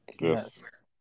Yes